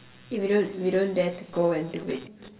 if we don't we don't dare to go and do it